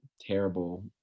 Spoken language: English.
terrible